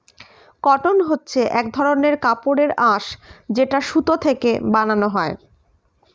cotton হচ্ছে এক ধরনের কাপড়ের আঁশ যেটা সুতো থেকে বানানো হয়